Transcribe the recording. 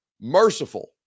merciful